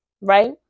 right